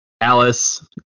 Alice